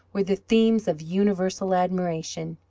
were the themes of universal admiration.